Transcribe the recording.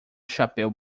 chapéu